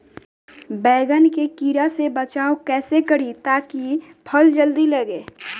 बैंगन के कीड़ा से बचाव कैसे करे ता की फल जल्दी लगे?